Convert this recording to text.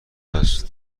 است